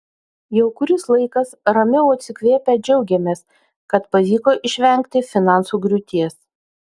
jau kuris laikas ramiau atsikvėpę džiaugiamės kad pavyko išvengti finansų griūties